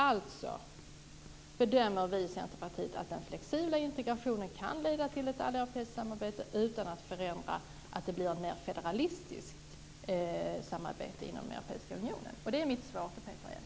Vi i Centerpartiet bedömer att den flexibla integrationen kan leda till ett alleuropeiskt samarbete utan att det blir ett mer federalistiskt samarbete. Det är mitt svar på Peter Erikssons fråga.